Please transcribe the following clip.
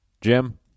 Jim